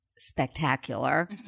spectacular